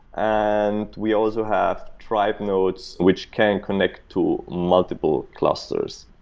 and we also have tribe nodes, which can connect to multiple clusters.